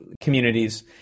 communities